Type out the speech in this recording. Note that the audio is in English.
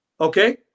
Okay